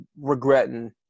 regretting